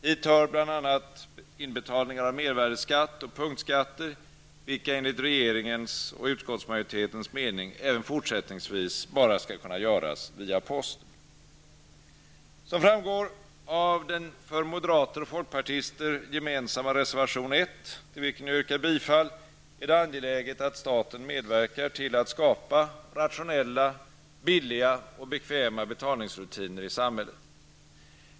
Hit hör bl.a. inbetalningar av mervärdeskatt och punktskatter, vilka enligt regeringens och utskottsmajoritetens mening även fortsättningsvis bara skall kunna göras via posten. Som framgår av den för moderater och folkpartister gemensamma reservation 1, till vilken jag yrkar bifall, är det angeläget att staten medverkar till att skapa rationella, billiga och bekväma betalningsrutiner i samhället.